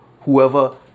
whoever